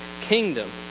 kingdom